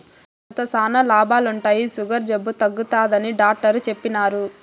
అరికెలతో శానా లాభాలుండాయి, సుగర్ జబ్బు తగ్గుతాదని డాట్టరు చెప్పిన్నారు